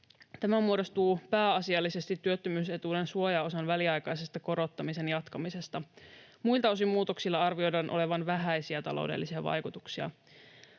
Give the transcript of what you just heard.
Tämä muodostuu pääasiallisesti työttömyysetuuden suojaosan väliaikaisen korottamisen jatkamisesta. Muilta osin muutoksilla arvioidaan olevan vähäisiä taloudellisia vaikutuksia.